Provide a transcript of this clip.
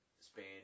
Spain